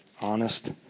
honest